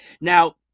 Now